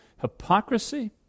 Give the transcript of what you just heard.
hypocrisy